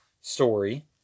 story